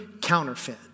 counterfeit